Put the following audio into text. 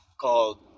called